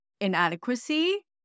inadequacy